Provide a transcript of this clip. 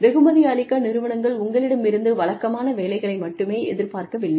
வெகுமதி அளிக்க நிறுவனங்கள் உங்களிடம் இருந்து வழக்கமான வேலைகளை மட்டுமே எதிர்பார்க்கவில்லை